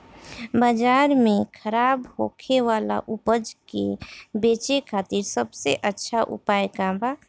बाजार में खराब होखे वाला उपज के बेचे खातिर सबसे अच्छा उपाय का बा?